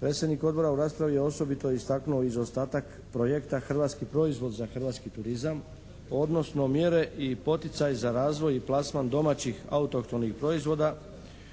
Predsjednik odbora u raspravi je osobito istaknuo i zaostatak projekta "Hrvatski proizvod za hrvatski turizam" odnosno mjere i poticaj za razvoj i plasman domaćih autohtonih proizvoda